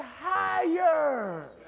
higher